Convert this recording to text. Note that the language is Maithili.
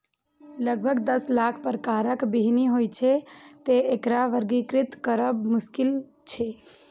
लगभग दस लाख प्रकारक बीहनि होइ छै, तें एकरा वर्गीकृत करब मोश्किल छै